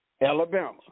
Alabama